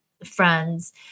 friends